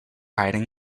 hiding